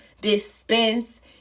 dispense